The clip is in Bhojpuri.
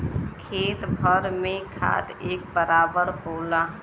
खेत भर में खाद एक बराबर होला